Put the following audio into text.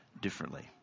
differently